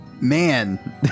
man